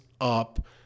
up